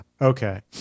Okay